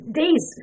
days